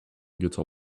guitar